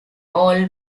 all